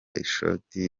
ishoti